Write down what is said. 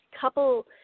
couple